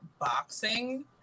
boxing